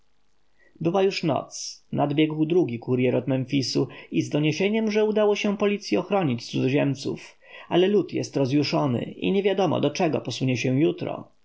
była już noc nadbiegł drugi kurjer od memfisu z doniesieniem że udało się policji ochronić cudzoziemców ale lud jest rozjuszony i niewiadomo do czego posunie się jutro